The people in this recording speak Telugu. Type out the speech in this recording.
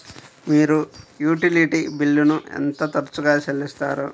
మీరు యుటిలిటీ బిల్లులను ఎంత తరచుగా చెల్లిస్తారు?